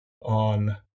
on